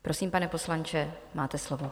Prosím, pane poslanče, máte slovo.